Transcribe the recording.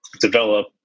develop